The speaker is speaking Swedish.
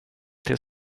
till